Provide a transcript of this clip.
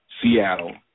Seattle